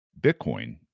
Bitcoin